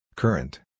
Current